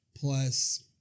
plus